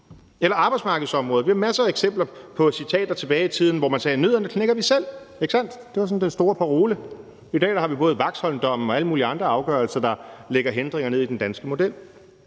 også arbejdsmarkedsområdet. Vi har masser af eksempler på citater tilbage i tiden, hvor man sagde: Nødderne knækker vi selv. Er det ikke sandt? Det var sådan den store parole. I dag har vi både Vaxholmdommen og alle mulige andre afgørelser, der lægger hindringer ned i den danske model.